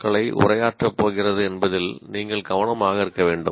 க்களை உரையாற்றப் போகிறது என்பதில் நீங்கள் கவனமாக இருக்க வேண்டும்